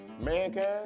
Mankind